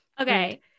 Okay